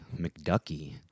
McDuckie